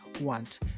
want